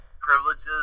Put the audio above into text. privileges